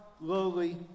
lowly